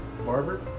barber